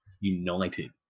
united